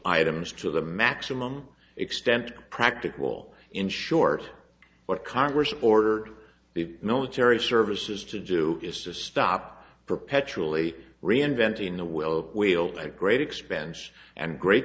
items to the maximum extent practical in short what congress ordered the military services to do is to stop perpetually reinventing the wheel wailed at great expense and great